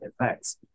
effects